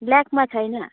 ब्ल्याकमा छैन